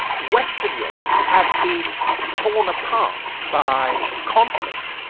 western europe had been torn apart by conflict,